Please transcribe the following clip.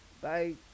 Bye